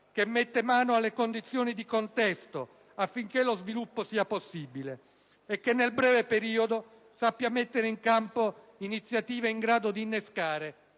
Che metta mano alle condizioni di contesto affinché lo sviluppo sia possibile. E che nel breve periodo sappia mettere in campo iniziative in grado di innescare